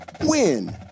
WIN